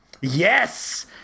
yes